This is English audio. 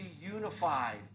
unified